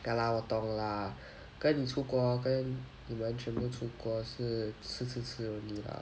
ya lah 我懂 lah 跟你出国跟你们全部出国是吃吃吃 only lah